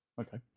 Okay